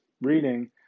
reading